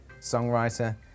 songwriter